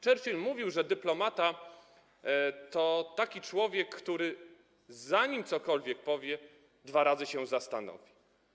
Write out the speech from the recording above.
Churchill mówił, że dyplomata to taki człowiek, który zanim cokolwiek powie, dwa razy się zastanowi.